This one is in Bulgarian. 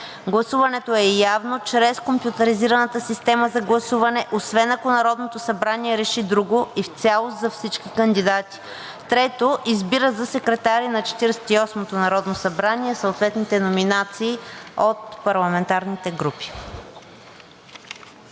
Гласуването е явно чрез компютризираната система за гласуване, освен ако Народното събрание реши друго, и в цялост за всички кандидати. 3. Избира за секретари на Четиридесет и осмото народно събрание съответните номинации от парламентарните групи.“